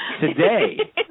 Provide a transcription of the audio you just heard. Today